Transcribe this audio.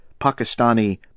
Pakistani